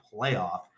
playoff